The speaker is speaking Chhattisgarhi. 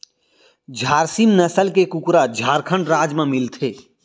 झारसीम नसल के कुकरा झारखंड राज म मिलथे